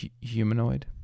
humanoid